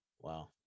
wow